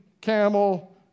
camel